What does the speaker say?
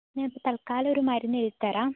ഞാനിപ്പോൾ തൽകാലം ഒരു മരുന്നെഴുതി തരാം